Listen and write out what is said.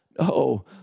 No